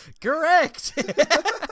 Correct